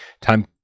time